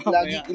Lagi